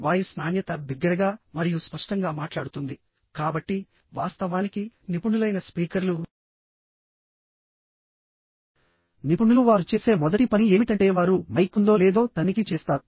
voice నాణ్యత బిగ్గరగా మరియు స్పష్టంగా మాట్లాడుతుందికాబట్టి వాస్తవానికినిపుణులైన స్పీకర్లు నిపుణులు వారు చేసే మొదటి పని ఏమిటంటే వారు మైక్ ఉందో లేదో తనిఖీ చేస్తారు